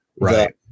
Right